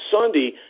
Sunday